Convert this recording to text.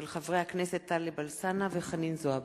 הצעתם של חברי הכנסת טלב אלסאנע וחנין זועבי.